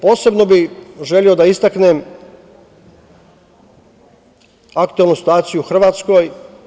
Posebno bih želeo da istaknem aktuelnu situaciju u Hrvatskoj.